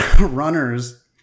runners